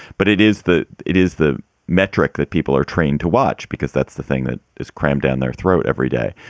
but it is the it is the metric that people are trained to watch, because that's the thing that is crammed down their throat every day.